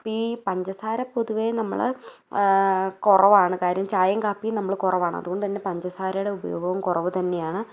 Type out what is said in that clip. അപ്പോൾ ഈ പഞ്ചസാര പൊതുവേ നമ്മൾ കുറവാണ് കാര്യം ചായയും കാപ്പിയും നമ്മൾ കുറവാണ് അതുകൊണ്ടുതന്നെ പഞ്ചസാരയുടെ ഉപയോഗവും കുറവുതന്നെയാണ്